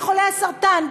לחולי הסרטן,